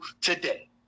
today